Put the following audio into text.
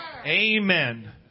Amen